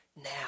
now